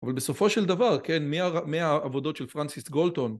אבל בסופו של דבר, כן, מהעבודות של פרנסיס גולטון